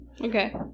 Okay